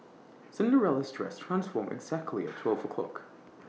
Cinderella's dress transformed exactly at twelve o' clock